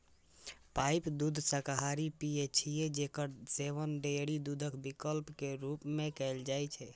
pipe दूध शाकाहारी पेय छियै, जेकर सेवन डेयरी दूधक विकल्प के रूप मे कैल जाइ छै